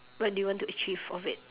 what do you want to achieve of it